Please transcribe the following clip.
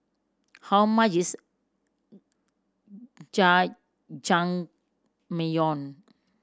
how much is Jajangmyeon